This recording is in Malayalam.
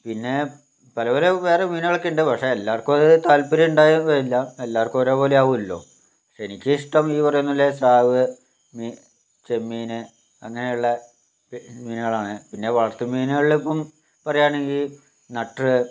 പിന്നെ പല പല വേറേ മീനുകളൊക്കെയുണ്ട് പക്ഷേ എല്ലാവർക്കും അത് താല്പര്യം ഉണ്ടായെന്നുവരില്ല എല്ലാവർക്കും ഒരേപോലെ ആവുകയില്ലല്ലോ എനിക്ക് ഇഷ്ട്ടം ഈ പറയുന്ന പോലെ സ്രാവ് മീൻ ചെമ്മീന് അങ്ങനെയുള്ള മീനുകളാണ് പിന്നെ വളർത്തു മീനുകളിൾ ഇപ്പം പറയാണെങ്കിൽ നക്റ്ററ്